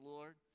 Lord